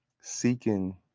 seeking